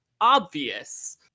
obvious